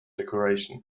decoration